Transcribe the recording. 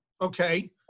Okay